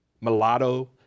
Mulatto